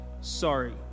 sorry